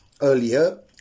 Earlier